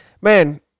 man